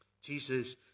Jesus